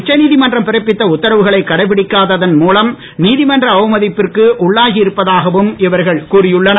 உச்சநீதிமன் பிறப்பித்த உத்தரவுகளை கடைபிடிக்காததன் மூலம் நீதிமன்ற அவமதிப்பிற்கு உள்ளாகி இருப்பதாகவும் இவர்கள் கூறியுள்ளனர்